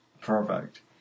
perfect